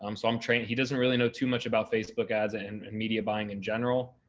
um so i'm training. he doesn't really know too much about facebook ads and and media buying in general,